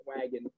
wagon